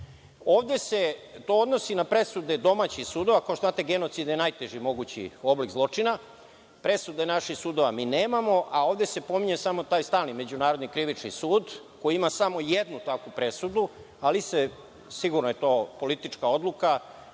Ovde se to odnosi na presude domaćih sudova. Kao što znate genocid je najteži mogući oblik zločina. Presude naših sudova mi nemamo, a ovde se pominje samo taj stalni Međunarodni krivični sud koji ima samo jednu takvu presudu, ali se sigurno je to, politička odluka